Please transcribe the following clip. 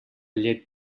llet